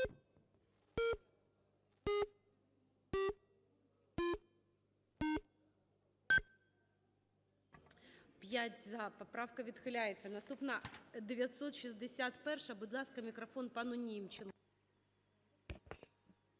За-5 Поправка відхиляється. Наступна - 961-а. Будь ласка, мікрофон пану Німченку.